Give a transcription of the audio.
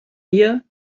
hier